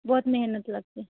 बहुत मेहनत लगती